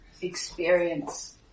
experience